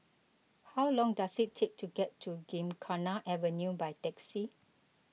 how long does it take to get to Gymkhana Avenue by taxi